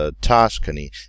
Tuscany